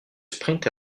sprint